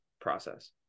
process